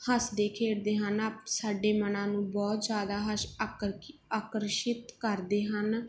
ਹੱਸਦੇ ਖੇਡਦੇ ਹਨ ਆਪ ਸਾਡੇ ਮਨਾਂ ਨੂੰ ਬਹੁਤ ਜ਼ਿਆਦਾ ਹਸ਼ ਅੱਕਕਿ ਆਕਰਸ਼ਿਤ ਕਰਦੇ ਹਨ